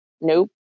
nope